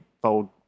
fold